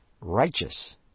righteous